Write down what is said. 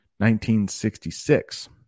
1966